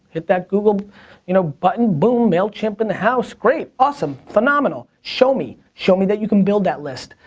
hit that google you know button, boom, mailchimp in the house. great, awesome, phenomenal, show me. show me that you can build that list.